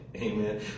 amen